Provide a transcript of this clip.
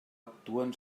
actuen